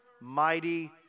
Mighty